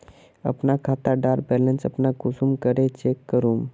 अपना खाता डार बैलेंस अपने कुंसम करे चेक करूम?